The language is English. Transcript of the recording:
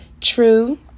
True